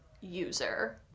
user